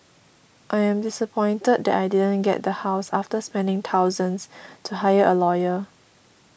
I am disappointed that I didn't get the house after spending thousands to hire a lawyer